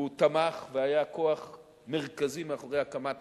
והוא תמך, והיה כוח מרכזי מאחורי הקמת